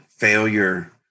Failure